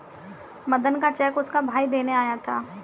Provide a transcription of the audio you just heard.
मदन का चेक उसका भाई देने आया था